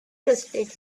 trusted